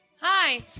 Hi